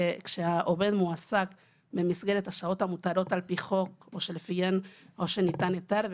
כשהעובד מועסק במסגרת השעות המותרות על פי חוק או שניתן להן היתר,